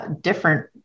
different